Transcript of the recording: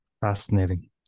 Fascinating